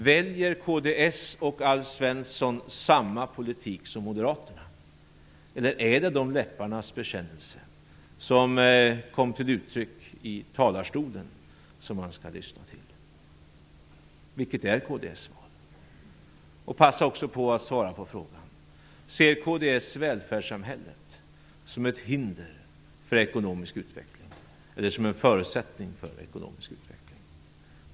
Väljer kds och Alf Svensson samma politik som Moderaterna, eller är det den läpparnas bekännelse som kom till uttryck i talarstolen som man skall lyssna till? Vilket är kds svar? Passa också på att svara på frågan: Ser kds välfärdssamhället som ett hinder för en ekonomisk utveckling eller som en förutsättning för en ekonomisk utveckling?